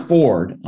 Ford